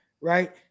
right